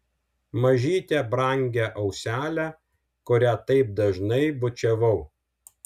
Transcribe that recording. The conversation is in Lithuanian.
mažytę brangią auselę kurią taip dažnai bučiavau